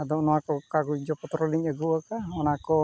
ᱟᱫᱚ ᱱᱚᱣᱟᱠᱚ ᱠᱟᱜᱚᱡᱽ ᱡᱚ ᱯᱚᱛᱨᱚᱞᱤᱧ ᱟᱜᱩᱣᱟᱠᱟᱫᱼᱟ ᱚᱱᱟ ᱠᱚ